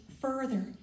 further